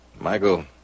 Michael